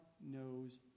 knows